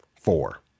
Four